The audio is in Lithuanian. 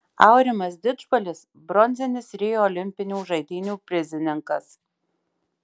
aurimas didžbalis bronzinis rio olimpinių žaidynių prizininkas